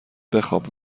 بخواب